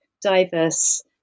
diverse